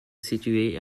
située